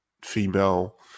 female